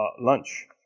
Lunch